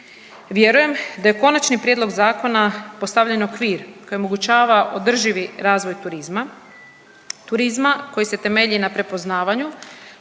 Vjerujem da je konačni prijedlog zakona postavljen okvir koji omogućava održivi razvoj turizma, turizma koji se temelji na prepoznavanju,